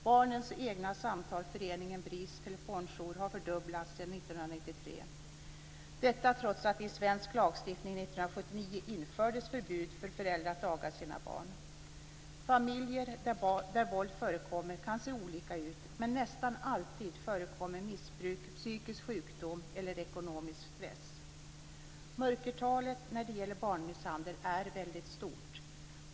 Barnens egna samtal till föreningen BRIS telefonjour har fördubblats sedan 1993, detta trots att det i svensk lagstiftning 1979 infördes förbud för föräldrar att aga sina barn. Familjer där våld förekommer kan se olika ut, men nästan alltid förekommer missbruk, psykisk sjukdom eller ekonomisk stress. Mörkertalet när det gäller barnmisshandel är väldigt stort.